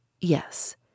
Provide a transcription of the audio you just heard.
Yes